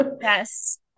Yes